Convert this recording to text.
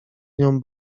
nią